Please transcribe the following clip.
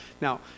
Now